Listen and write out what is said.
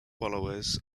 followers